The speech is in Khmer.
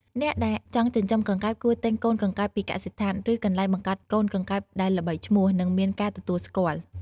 អ្នកដែលចង់ចិញ្ចឹមកង្កែបគួរទិញកូនកង្កែបពីកសិដ្ឋាន ឬកន្លែងបង្កាត់កូនកង្កែបដែលល្បីឈ្មោះ និងមានការទទួលស្គាល់។